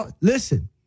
Listen